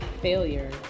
failure